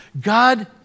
God